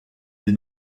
des